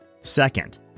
Second